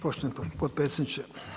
Poštovani potpredsjedniče.